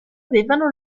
avevano